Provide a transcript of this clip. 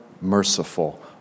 merciful